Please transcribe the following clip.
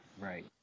Right